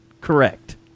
correct